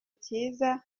kiza